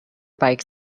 bikes